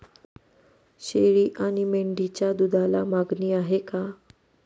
शेळी आणि मेंढीच्या दूधाला मागणी आहे का?